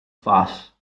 foss